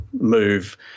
move